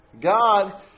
God